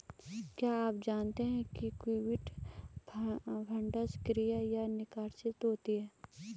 क्या आप जानते है इक्विटी फंड्स सक्रिय या निष्क्रिय होते हैं?